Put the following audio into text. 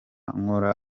nkora